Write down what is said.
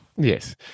Yes